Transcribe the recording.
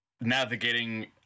navigating